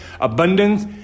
abundance